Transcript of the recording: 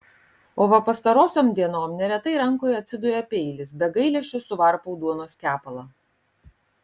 o va pastarosiom dienom neretai rankoje atsiduria peilis be gailesčio suvarpau duonos kepalą